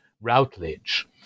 Routledge